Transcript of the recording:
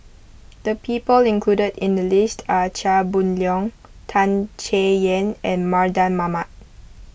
the people included in the list are Chia Boon Leong Tan Chay Yan and Mardan Mamat